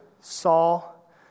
Saul